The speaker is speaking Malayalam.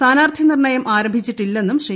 സ്ഥാനാർത്ഥി നിർണ്ണയം ആരംഭിച്ചിട്ടില്ലെന്നും ശ്രീ